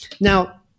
Now